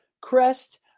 crest